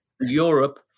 Europe